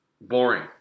Boring